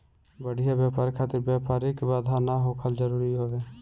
बढ़िया व्यापार खातिर व्यापारिक बाधा ना होखल जरुरी हवे